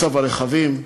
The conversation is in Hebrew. מצב הרכבים,